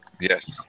Yes